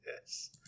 Yes